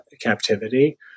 captivity